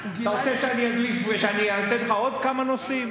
אתה רוצה שאני אתן לך עוד כמה נושאים?